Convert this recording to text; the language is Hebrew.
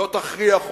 לא תכריח אותי.